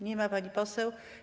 Nie ma pani poseł.